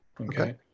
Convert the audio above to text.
Okay